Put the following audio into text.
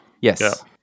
Yes